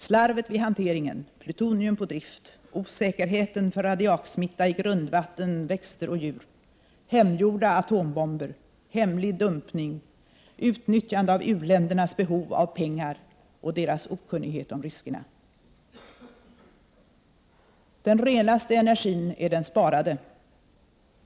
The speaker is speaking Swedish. Slarvet vid hanteringen, plutonium på drift, osäkerheten för radiaksmitta i grundvatten, växter och djur, hemgjorda atombomber, hemlig dumpning, utnyttjande av u-ländernas behov av pengar och deras okunnighet om riskerna. Den renaste energin är den sparade.